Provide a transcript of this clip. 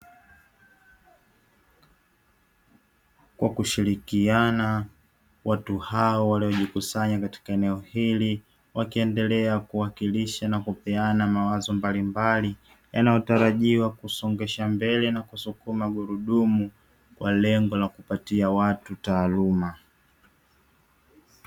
Kwa kushirikiana watu hao waliojikusanya katika eneo hili wakiendelea kuwakilisha na kupeana mawazo mbalimbali yanayotarajiwa kusongesha mbele na kusukuma gurudumu kwa lengo la kupatia watu taaluma.